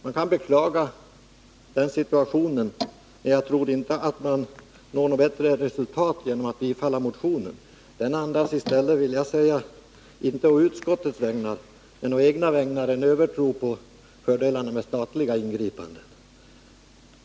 Jag kan beklaga rådande situation, men jag tror inte att ett bättre resultat uppnås genom att vi bifaller motionen. Den andas — och då talar jag inte å utskottets vägnar utan å mina egna — en övertro på fördelarna med statliga ingripanden.